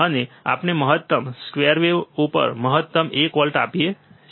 અને આપણે મહત્તમ સ્કેરવેવ ઉપર મહત્તમ એક વોલ્ટ આપી શકીએ છીએ